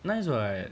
nice what